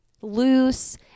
loose